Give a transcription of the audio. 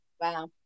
Wow